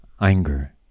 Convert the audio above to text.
anger